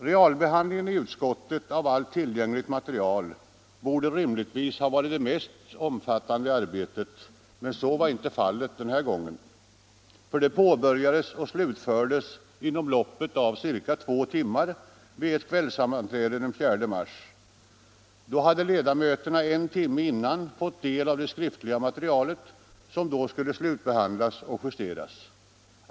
Realbehandlingen i utskottet av allt tillgängligt material borde rimligtvis ha varit det mest omfattande arbetet, men så var inte fallet denna gång, för det påbörjades och slutfördes inom loppet av cirka två timmar vid ett kvällssammanträde den 4 mars. Då hade ledamöterna en timme innan fått del av det skriftliga materialet, som då skulle slutbehandlas och justeras.